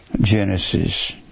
Genesis